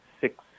six